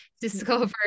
discovered